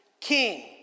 King